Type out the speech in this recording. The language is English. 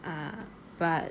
uh but